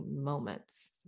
Moments